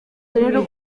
rero